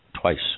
twice